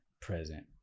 present